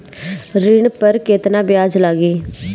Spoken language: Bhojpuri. ऋण पर केतना ब्याज लगी?